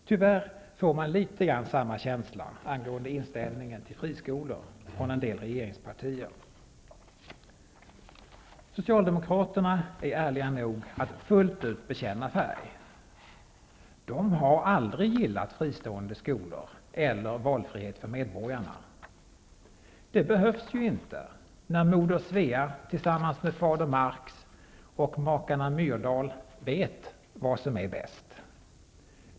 Tyvärr får man litet grand samma känsla angående inställningen till friskolor från en del regeringspartier. Socialdemokraterna är ärliga nog att fullt ut bekänna färg. De har aldrig gillat fristående skolor eller valfrihet för medborgarna. Det behövs ju inte när moder Svea tillsammans med fader Marx och makarna Myrdal vet vad som är bäst!